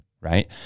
right